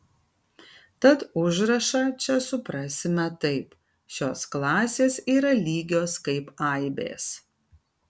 tad užrašą čia suprasime taip šios klasės yra lygios kaip aibės